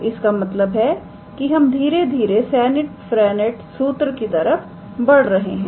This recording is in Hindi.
तो इसका मतलब है कि हम धीरे धीरे सेरिट फ्रेंनेट सूत्र की तरफ बढ़ रहे हैं